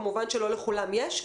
כמובן שלא לכולם יש.